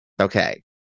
okay